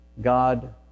God